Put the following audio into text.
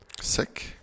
Sick